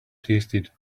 tasted